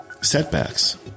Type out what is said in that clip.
Setbacks